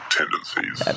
tendencies